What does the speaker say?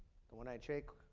the one eyed sheik,